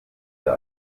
der